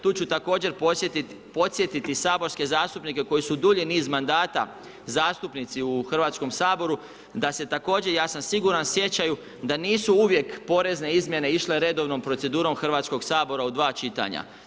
Tu ću također podsjetiti saborske zastupnike koji su dulji niz mandata zastupnici u Hrvatskom saboru da se također, ja sam siguran sjećaju da nisu uvijek porezne izmjene išle redovnom procedurom Hrvatskog sabora u dva čitanja.